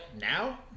now